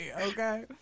Okay